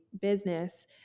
business